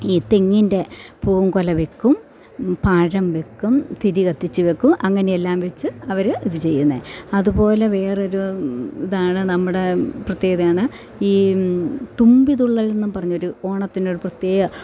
ഈ തെങ്ങിൻ്റെ പൂങ്കൊല വെക്കും പഴം വെക്കും തിരി കത്തിച്ചു വെക്കും അങ്ങനെയെല്ലാം വെച്ച് അവര് ഇത് ചെയ്യുന്നത് അതുപോലെ വേറൊരു ഇതാണ് നമ്മുടെ പ്രത്യേകതയാണ് ഈ തുമ്പിതുള്ളൽ എന്ന് പറഞ്ഞ് ഒര് ഓണത്തിന് ഒരു പ്രത്യേക